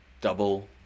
double